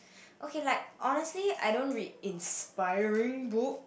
okay like honesty I don't not read inspiring book